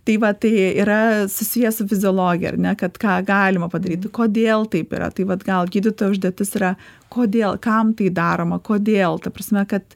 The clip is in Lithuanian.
tai va tai yra susiję su fiziologija ar ne kad ką galima padaryt kodėl taip yra tai vat gal gydytojo užduotis yra kodėl kam tai daroma kodėl ta prasme kad